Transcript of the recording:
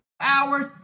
hours